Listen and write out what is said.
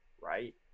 right